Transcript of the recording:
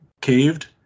caved